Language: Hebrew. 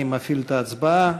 אני מפעיל את ההצבעה.